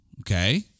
okay